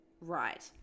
right